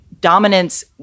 dominance